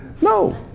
No